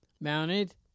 mounted